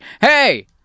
Hey